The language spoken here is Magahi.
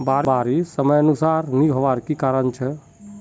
बारिश समयानुसार नी होबार की कारण छे?